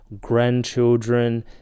grandchildren